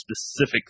specific